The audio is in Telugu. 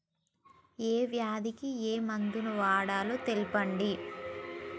ఏ వ్యాధి కి ఏ మందు వాడాలో తెల్పండి?